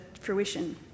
fruition